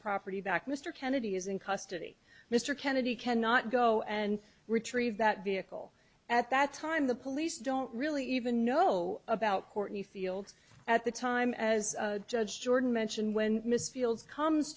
property back mr kennedy is in custody mr kennedy cannot go and retrieve that vehicle at that time the police don't really even know about courtney fields at the time as judge jordan mentioned when miss fields comes